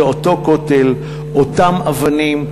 זה אותו כותל, אותן אבנים.